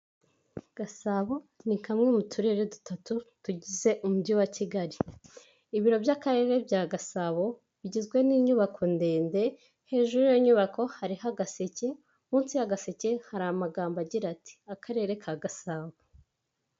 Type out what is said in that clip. Gasabo ni kamwe mu turere dutatu tugize umujyi wa Kigali. Ibiro by'akarere bya Gasabo bigizwe n'inyubako ndende, hejuru y'iyo nyubako hariho agaseke, munsi ya gaseke hari amagambo agira ati akarere ka Gasabo.